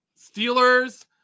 Steelers